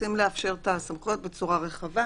רוצים לאפשר את הסמכויות בצורה רחבה?